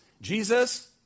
Jesus